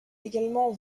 également